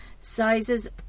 sizes